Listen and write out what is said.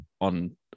on